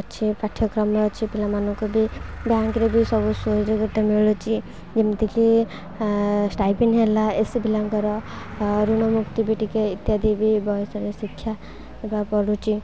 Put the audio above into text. ଅଛି ପାଠ୍ୟକ୍ରମ ଅଛି ପିଲାମାନଙ୍କୁ ବି ବ୍ୟାଙ୍କରେ ବି ସବୁ ସୁଯୋଗ ମିଳୁଛି ଯେମିତିକି ଷ୍ଟାଇପେନ୍ ହେଲା ଏ ପିଲାଙ୍କର ଋଣ ମୁକ୍ତି ବି ଟିକେ ଇତ୍ୟାଦି ବି ବୟସରେ ଶିକ୍ଷା ହେବାକୁ ପଡ଼ୁଛି